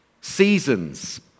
seasons